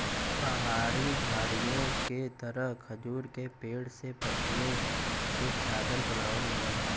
पहाड़ी झाड़ीओ के तरह खजूर के पेड़ के पत्तियों से चादर बनावल जाला